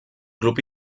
club